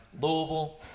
Louisville